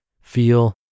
feel